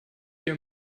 dir